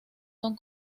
son